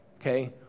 okay